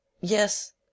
Yes